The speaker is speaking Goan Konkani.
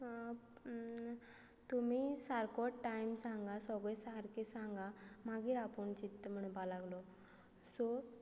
तुमी सारको टायम सांगा सगळे सारकें सांगा मागीर आपूण चिंतता म्हणपा लागलो सो